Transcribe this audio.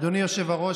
אדוני היושב-ראש,